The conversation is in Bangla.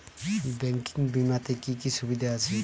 ব্যাঙ্কিং বিমাতে কি কি সুবিধা আছে?